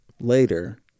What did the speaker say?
later